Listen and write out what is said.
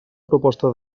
proposta